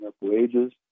wages